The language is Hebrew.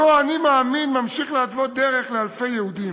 אותו "אני מאמין" ממשיך להתוות דרך לאלפי יהודים.